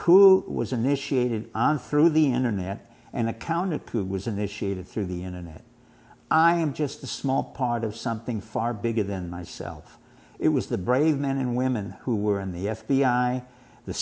coup was initiated and through the internet and account it was initiated through the internet i am just a small part of something far bigger than myself it was the brave men and women who were in the f b i the